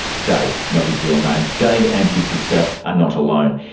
dave, not his real name. dave and his sister are not alone.